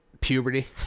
puberty